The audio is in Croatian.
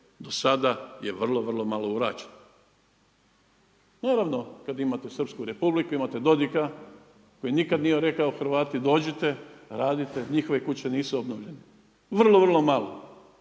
do sada je vrlo, vrlo malo urađeno. Naravno kada imate Srpsku Republiku, imate Dodika koji nikada nije rekao Hrvati dođite, radite. Njihove kuće nisu obnovljene. Vrlo, vrlo malo,